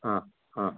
ಹಾಂ ಹಾಂ